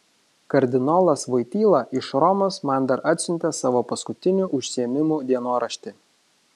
kardinolas voityla iš romos man dar atsiuntė savo paskutinių užsiėmimų dienoraštį